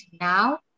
now